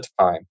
time